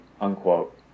unquote